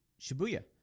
Shibuya